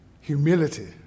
humility